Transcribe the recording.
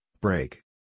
break